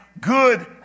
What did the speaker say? good